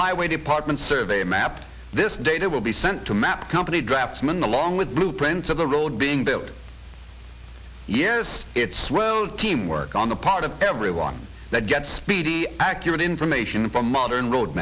highway department survey map this data will be sent to map company draftsman along with blueprints of the road being built years it's well teamwork on the part of everyone that gets speedy accurate information from modern road